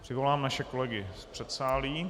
Přivolám naše kolegy z předsálí.